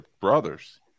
brothers